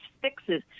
fixes